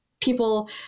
people